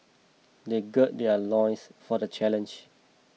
they gird their loins for the challenge